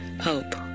hope